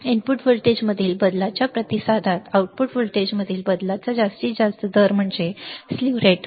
input व्होल्टेजमधील बदलाच्या प्रतिसादात आउटपुट व्होल्टेजमधील बदलाचा जास्तीत जास्त दर म्हणजे स्लीव रेट